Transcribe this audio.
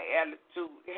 attitude